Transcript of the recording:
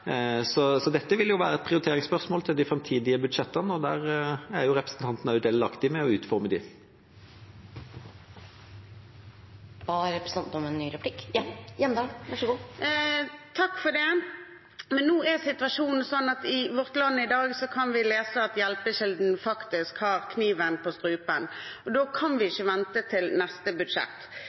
Dette vil være et prioriteringsspørsmål i de framtidige budsjettene, og dem er også representanten delaktig i å utforme. Nå er situasjonen slik at vi i Vårt Land i dag kan lese at Hjelpekilden faktisk har kniven på strupen. Da kan vi ikke vente til neste budsjett.